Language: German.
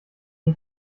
die